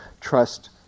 trust